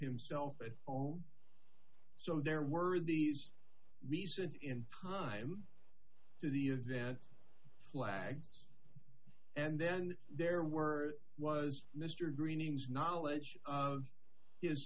himself it all so there were these recent in time to the event flags and then there were was mr green's knowledge of his